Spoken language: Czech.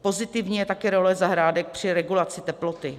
Pozitivní je také role zahrádek při regulaci teploty.